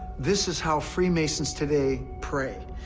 this is how freemasons today pray.